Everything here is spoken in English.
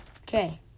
Okay